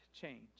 change